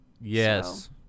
Yes